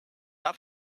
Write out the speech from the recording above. have